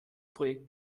projekt